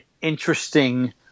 interesting